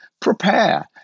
prepare